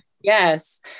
yes